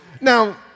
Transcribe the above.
Now